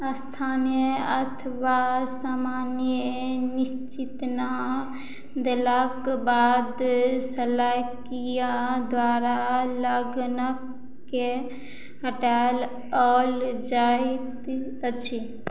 स्थानीय अथवा सामान्य निश्चेतना देलाक बाद शलयक्रिया द्वारा लगणकेँ हटाओल जाइत अछि